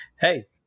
hey